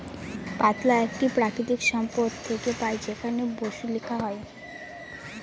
পাতলা একটি প্রাকৃতিক সম্পদ থেকে পাই যেখানে বসু লেখা হয়